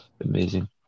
amazing